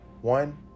one